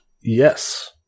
Yes